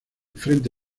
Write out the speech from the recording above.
frente